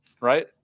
right